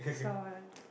sawn